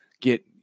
get